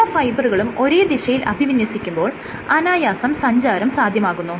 എല്ലാ ഫൈബറുകളും ഒരേ ദിശയിൽ അഭിവിന്യസിക്കുമ്പോൾ അനായാസം സഞ്ചാരം സാധ്യമാകുന്നു